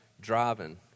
driving